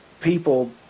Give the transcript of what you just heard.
people